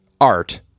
art